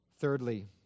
Thirdly